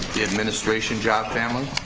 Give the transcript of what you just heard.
the administration job family,